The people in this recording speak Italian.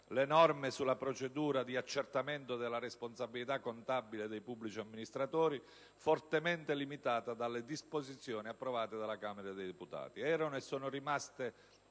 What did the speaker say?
le norme sulla procedura di accertamento della responsabilità contabile dei pubblici amministratori, fortemente limitata dalle disposizioni approvate dalla Camera dei deputati. Erano e sono rimaste